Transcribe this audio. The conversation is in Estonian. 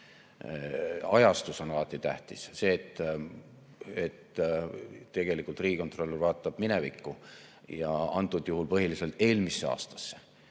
Ajastus on alati tähtis. See, et tegelikult riigikontrolör vaatab minevikku ja antud juhul põhiliselt eelmisse aastasse,